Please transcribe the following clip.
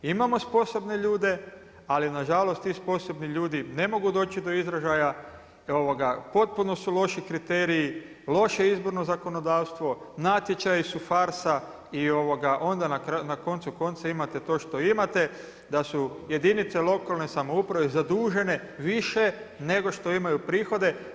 Imamo sposobne ljude, ali nažalost ti sposobni ljudi ne mogu doći do izražaja, potpuno su loši kriteriji, loše izborno zakonodavstvo, natječaji su farsa i onda na koncu konca imate to što imate, da su jedinice lokalne samouprave zadužene više nego što imaju prihode.